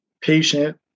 patient